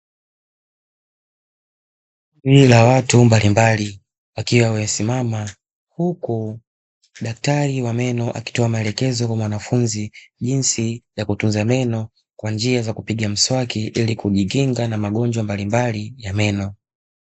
Kundi la watu mbalimbali, wakiwa wamesimama. Huku daktari wa meno akitoa maelekezo kwa mwanafunzi jinsi ya kutunza meno kwa njia za kupiga mswaki ili kujikinga na magonjwa mbalimbali ya meno.